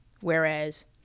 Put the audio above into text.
Whereas